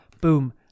Boom